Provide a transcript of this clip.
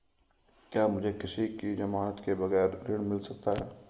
क्या मुझे किसी की ज़मानत के बगैर ऋण मिल सकता है?